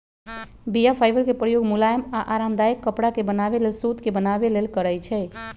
बीया फाइबर के प्रयोग मुलायम आऽ आरामदायक कपरा के बनाबे लेल सुत के बनाबे लेल करै छइ